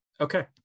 Okay